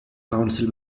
council